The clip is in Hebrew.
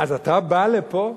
אז אתה בא לפה?